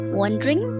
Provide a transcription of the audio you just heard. wondering